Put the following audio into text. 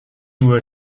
were